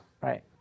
Right